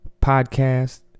Podcast